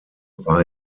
war